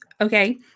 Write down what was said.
Okay